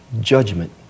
judgment